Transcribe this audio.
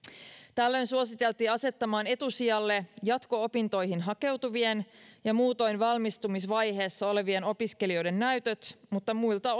tällöin suositeltiin asettamaan etusijalle jatko opintoihin hakeutuvien ja muutoin valmistumisvaiheessa olevien opiskelijoiden näytöt mutta muilta